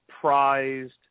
prized